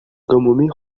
гомуми